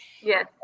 Yes